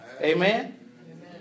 Amen